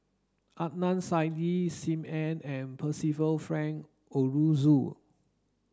Adnan Saidi Sim Ann and Percival Frank Aroozoo